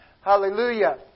Hallelujah